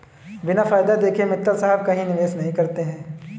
बिना फायदा देखे मित्तल साहब कहीं निवेश नहीं करते हैं